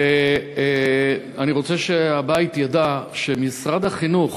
אני רוצה שהבית ידע שמשרד החינוך